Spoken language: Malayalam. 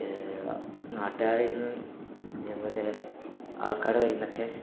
നാട്ടുകാരുടേന്ന് ഇതേപോലെ ആൾക്കാരുടെ കൈയ്യിൽ നിന്നൊക്കെ